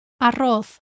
arroz